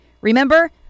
Remember